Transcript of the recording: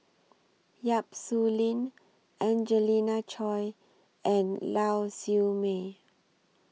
Yap Su Lin Angelina Choy and Lau Siew Mei